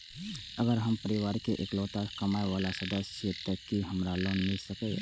अगर हम परिवार के इकलौता कमाय वाला सदस्य छियै त की हमरा लोन मिल सकीए?